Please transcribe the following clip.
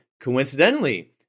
coincidentally